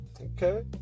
Okay